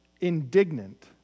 indignant